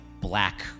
black